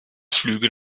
flüge